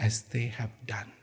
as they have done